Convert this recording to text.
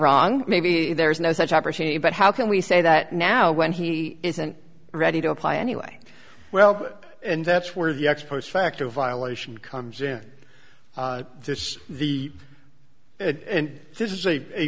wrong maybe there is no such opportunity but how can we say that now when he isn't ready to apply anyway well and that's where the ex post facto violation comes into this the and this is